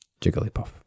Jigglypuff